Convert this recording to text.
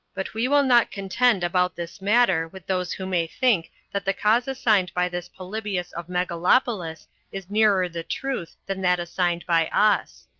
but we will not contend about this matter with those who may think that the cause assigned by this polybius of megalopolis is nearer the truth than that assigned by us.